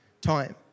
time